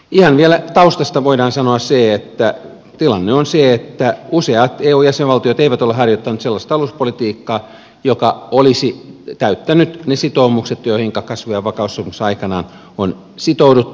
ihan vielä taustasta voidaan sanoa se että tilanne on se että useat eu jäsenvaltiot eivät ole harjoittaneet sellaista talouspolitiikkaa joka olisi täyttänyt ne sitoumukset joihinka kasvu ja vakaussopimuksessa aikanaan on sitouduttu